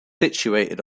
situated